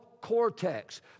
cortex